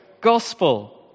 gospel